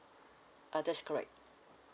uh that's correct